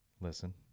Listen